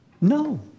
No